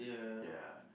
ya